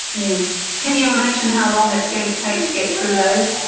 yes. can you imagine how long it's going to take to get through those?